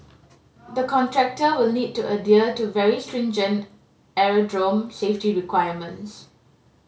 the contractor will need to adhere to very stringent aerodrome safety requirements